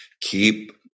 keep